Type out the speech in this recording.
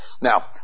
Now